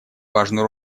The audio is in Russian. важную